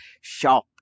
shop